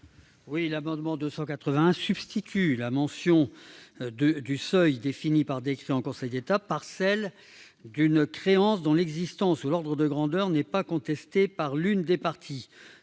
Cet amendement vise à substituer la mention du seuil défini par décret en Conseil d'État, par celle d'une « créance dont l'existence ou l'ordre de grandeur n'est pas contestée par l'une des parties